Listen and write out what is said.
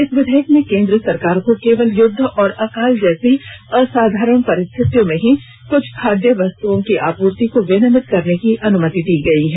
इस विधेयक में केन्द्र सरकार को केवल युद्ध और अकाल जैसी असाधारण परिस्थितियों में ही कुछ खाद्य वस्तुओं की आपूर्ति को विनियमित करने की अनुमति दी गई है